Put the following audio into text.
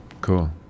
Cool